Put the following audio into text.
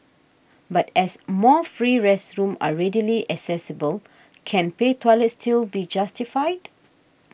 but as more free restrooms are readily accessible can pay toilets still be justified